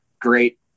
great